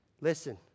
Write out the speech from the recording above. Listen